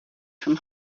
from